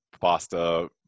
pasta